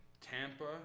Tampa